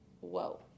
whoa